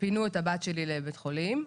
פינו את הבת שלי לבית החולים,